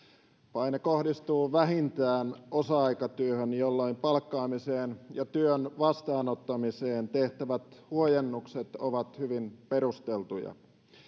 paine kohdistuu vähintään osa aikatyöhön jolloin palkkaamiseen ja työn vastaanottamiseen tehtävät huojennukset ovat hyvin perusteltuja